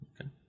Okay